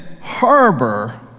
harbor